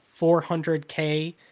400K